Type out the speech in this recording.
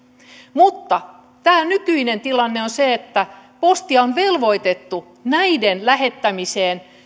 mutta tämä nykyinen tilanne on se että postia on velvoitettu käyttämään näiden lähettämiseen